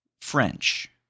French